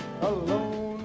Alone